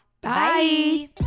Bye